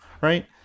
right